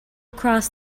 across